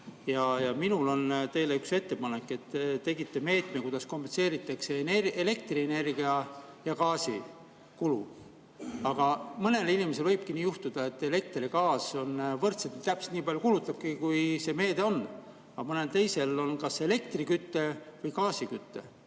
Minul on teile üks ettepanek. Te tegite meetme, kuidas kompenseeritakse elektrienergia ja gaasi kulu. Aga mõnel inimesel võibki nii juhtuda, et elekter ja gaas on võrdselt, täpselt nii palju kulutabki, kui see meede on. Mõnel teisel on kas elektriküte või gaasiküte.